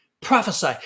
prophesy